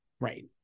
right